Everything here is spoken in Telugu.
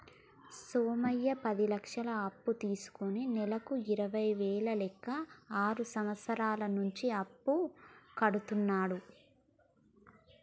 సోమయ్య పది లక్షలు అప్పు తీసుకుని నెలకు ఇరవై వేల లెక్క ఆరు సంవత్సరాల నుంచి అప్పు కడుతున్నాడు